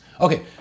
Okay